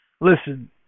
Listen